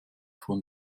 von